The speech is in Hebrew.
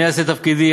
אני אעשה את תפקידי,